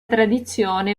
tradizione